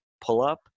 pull-up